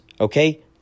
Okay